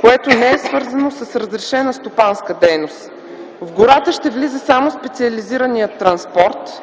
което не е свързано с разрешена стопанска дейност. В гората ще влиза само специализираният транспорт,